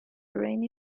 rainy